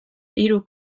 hiru